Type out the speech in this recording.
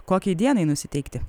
kokiai dienai nusiteikti